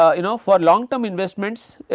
ah you know for long term investments,